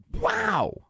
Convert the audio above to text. Wow